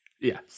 Yes